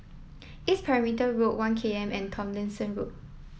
East Perimeter Road One K M and Tomlinson Road